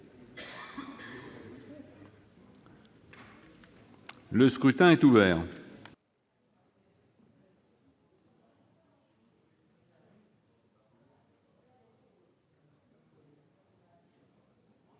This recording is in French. Le scrutin est ouvert.